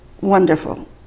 wonderful